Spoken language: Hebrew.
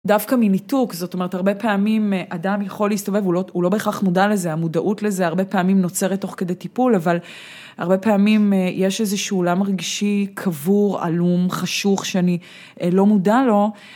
דווקא מניתוק, זאת אומרת הרבה פעמים אדם יכול להסתובב, הוא לא בהכרח מודע לזה, המודעות לזה הרבה פעמים נוצרת תוך כדי טיפול, אבל הרבה פעמים יש איזשהו אולם ריגשי קבור, עלום, חשוך, שאני לא מודע לו.